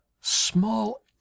small